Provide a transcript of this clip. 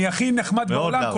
אני הכי נחמד בעולם,